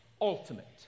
ultimate